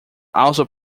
also